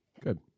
Good